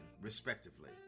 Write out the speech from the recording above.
respectively